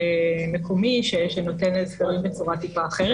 מקומי שנותן הסברים בצורה מעט אחרת.